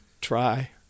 try